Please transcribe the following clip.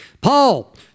Paul